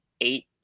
eight